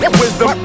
wisdom